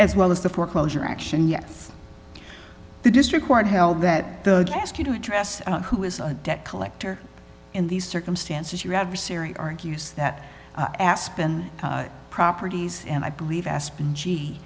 as well as the foreclosure action yes the district court held that the ask you to address who is a debt collector in these circumstances your adversary argues that aspen properties and i believe aspen g